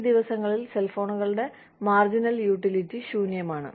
ഈ ദിവസങ്ങളിൽ സെൽ ഫോണുകളുടെ മാർജിനൽ യൂട്ടിലിറ്റി ശൂന്യമാണ്